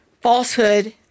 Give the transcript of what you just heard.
falsehood